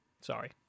Sorry